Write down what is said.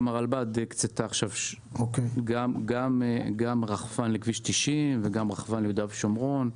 גם הרלב"ד הקצתה עכשיו רחפן לכביש 90 וגם רחפן ליהודה ושומרון.